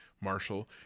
Marshall